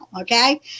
Okay